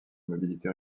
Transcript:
mobilité